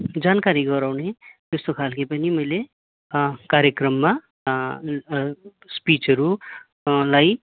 जानकारी गराउने त्यस्तो खाले पनि मैले कार्यक्रममा स्पिचहरू लाई